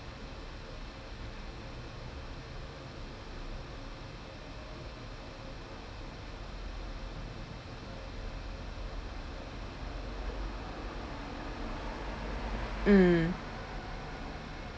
mm